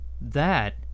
That